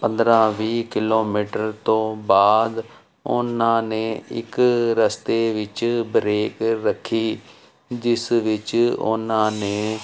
ਪੰਦਰ੍ਹਾਂ ਵੀਹ ਕਿਲੋਮੀਟਰ ਤੋਂ ਬਾਅਦ ਉਹਨਾਂ ਨੇ ਇੱਕ ਰਸਤੇ ਵਿੱਚ ਬਰੇਕ ਰੱਖੀ ਜਿਸ ਵਿੱਚ ਉਹਨਾਂ ਨੇ